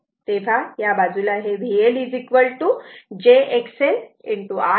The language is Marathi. तेव्हा या बाजूला हे VL j XL I आहे